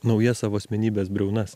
naujas savo asmenybės briaunas